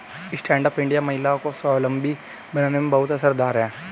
stand up India महिलाओं को स्वावलम्बी बनाने में बहुत असरदार है